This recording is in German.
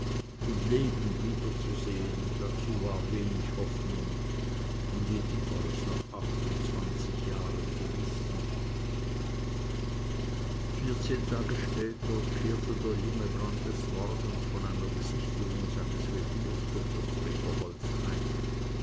wieder zu sehen dazu war wenig hoffnung und jedenfalls nach achtundzwanzig jahren gewiß nicht vierzehn tage später kehrte der junge brandis morgens von einer besichtigung seines reviers durch das brederholz heim